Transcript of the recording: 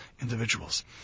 individuals